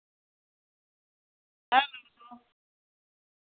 hello